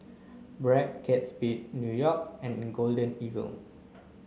Bragg Kate Spade New York and Golden Eagle